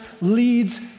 leads